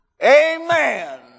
Amen